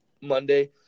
Monday